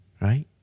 Right